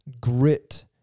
grit